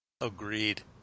Agreed